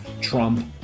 Trump